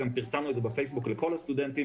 גם פרסמנו את זה בפייסבוק לכל הסטודנטים